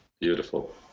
Beautiful